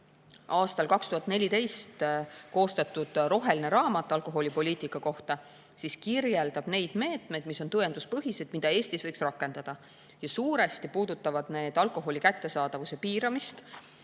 Aastal 2014 koostatud roheline raamat alkoholipoliitika kohta kirjeldab neid meetmeid, mis on tõenduspõhised ja mida Eestis võiks rakendada. Suuresti puudutavad need alkoholi kättesaadavuse piiramist,